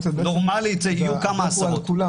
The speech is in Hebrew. נורמלית, יהיו כמה עשרות.